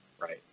right